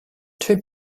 two